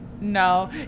No